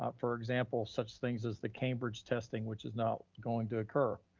ah for example, such things as the cambridge testing, which is not going to occur,